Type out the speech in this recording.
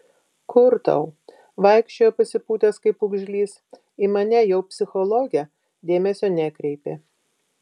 kur tau vaikščiojo pasipūtęs kaip pūgžlys į mane jau psichologę dėmesio nekreipė